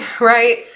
right